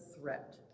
threat